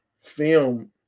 film